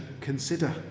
consider